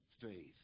faith